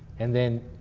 and then,